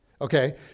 Okay